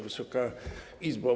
Wysoka Izbo!